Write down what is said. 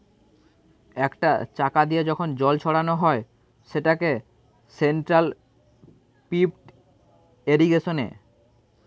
একটা চাকা দিয়ে যখন জল ছড়ানো হয় সেটাকে সেন্ট্রাল পিভট ইর্রিগেশনে